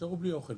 נשארו בלי אוכל.